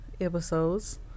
episodes